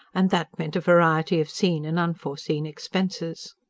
and that meant a variety of seen and unforeseen expenses.